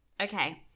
Okay